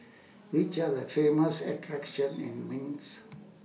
Which Are The Famous attractions in Minsk